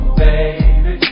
baby